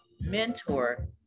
mentor